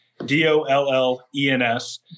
D-O-L-L-E-N-S